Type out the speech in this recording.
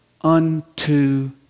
unto